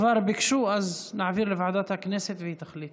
כבר ביקשו, אז נעביר לוועדת הכנסת, והיא תחליט.